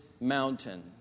mountain